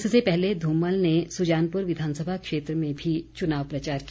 इससे पहले धूमल ने सुजानपुर विधानसभा क्षेत्र में भी चुनाव प्रचार किया